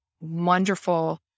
wonderful